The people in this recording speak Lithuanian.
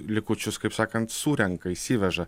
likučius kaip sakant surenka išsiveža